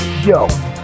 yo